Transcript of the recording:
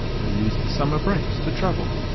they use the summer breaks to travel,